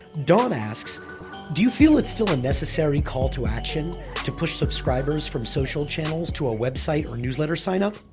dawn asks, do you feel it's still a necessary call to action to push subscribers from social channels to a website or newsletter sign-up?